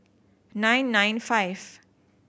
nine nine five